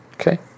Okay